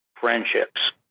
friendships